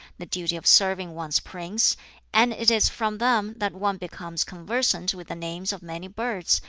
the duty of serving one's prince and it is from them that one becomes conversant with the names of many birds,